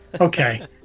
okay